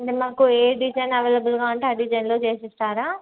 మీరు మాకు ఏ డిజైన్ అవైలబుల్గా ఉంటే ఆ డిజైనులో చేసి ఇస్తారా